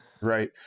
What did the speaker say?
Right